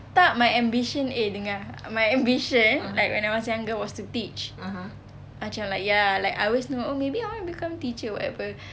tak my ambition eh dengar my ambition like when I was younger was to teach macam like ya like I always know oh maybe I want to become teacher whatever